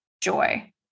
joy